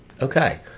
okay